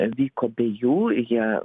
vyko be jų jie